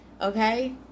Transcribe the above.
okay